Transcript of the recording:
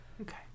okay